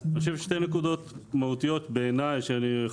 אני חושב שתי נקודות מהותיות בעיניי, שאני גם